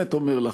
באמת אומר לך,